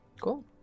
Cool